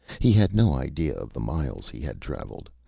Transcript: he had no idea of the miles he had travelled.